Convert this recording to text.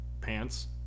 pants